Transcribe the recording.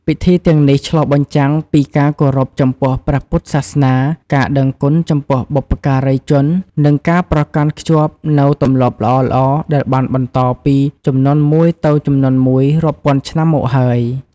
ពិធីទាំងនេះឆ្លុះបញ្ចាំងពីការគោរពចំពោះព្រះពុទ្ធសាសនា ការដឹងគុណចំពោះបុព្វការីជន និងការប្រកាន់ខ្ជាប់នូវទម្លាប់ល្អៗដែលបានបន្តពីជំនាន់មួយទៅជំនាន់មួយរាប់ពាន់ឆ្នាំមកហើយ។